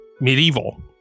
medieval